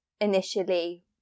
initially